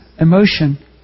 emotion